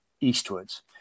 eastwards